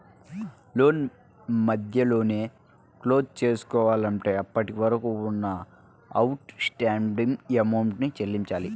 లోను మధ్యలోనే క్లోజ్ చేసుకోవాలంటే అప్పటివరకు ఉన్న అవుట్ స్టాండింగ్ అమౌంట్ ని చెల్లించాలి